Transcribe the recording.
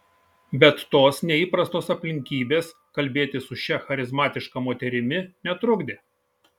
bet tos neįprastos aplinkybės kalbėtis su šia charizmatiška moterimi netrukdė